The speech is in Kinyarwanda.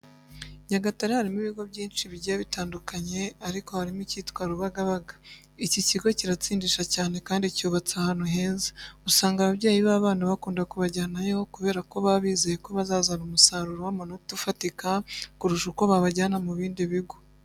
Nyagatare harimo ibigo byinshi bigiye bitandukanye ariko harimo icyitwa Rubagabaga. Iki kigo kiratsindisha cyane kandi cyubatse ahantu heza. Usanga ababyeyi b'abana bakunda kubajyanayo kubera ko baba bizeye ko bazazana umusaruro w'amanota ufatika kurusha uko babajyana mu bindi bigo.